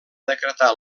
decretar